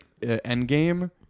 endgame